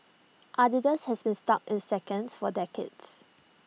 Adidas has been stuck in seconds for decades